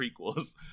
prequels